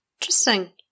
Interesting